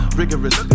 rigorous